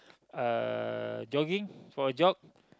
uh jogging for a jog